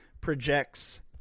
projects